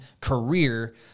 career